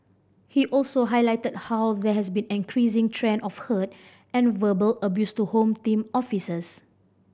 he also highlighted how there has been an increasing trend of hurt and verbal abuse to Home Team officers